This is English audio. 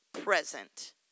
present